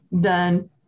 done